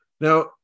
Now